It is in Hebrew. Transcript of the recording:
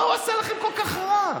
מה הוא עשה לכם כל כך רע?